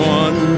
one